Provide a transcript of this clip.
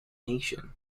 nation